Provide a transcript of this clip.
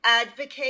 advocate